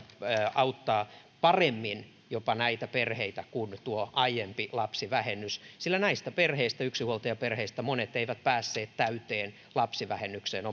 auttaa jopa paremmin näitä perheitä kuin tuo aiempi lapsivähennys sillä näistä yksinhuoltajaperheistä monet eivät päässeet täyteen lapsivähennykseen